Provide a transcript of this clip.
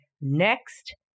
Next